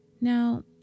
Now